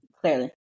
Clearly